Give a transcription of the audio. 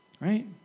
Right